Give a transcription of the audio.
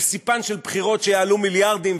אל ספן של בחירות שיעלו מיליארדים,